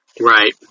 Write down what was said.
Right